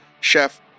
Chef